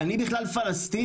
אני בכלל פלסטינית.